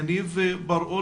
יניב בר אור